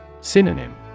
Synonym